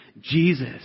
Jesus